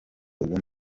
ugomba